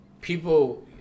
people